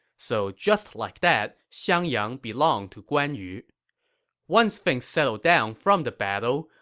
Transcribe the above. so just like that, xiangyang belonged to guan yu once things settled down from the battle,